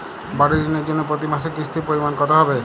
বাড়ীর ঋণের জন্য প্রতি মাসের কিস্তির পরিমাণ কত হবে?